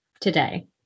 today